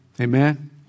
Amen